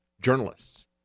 journalists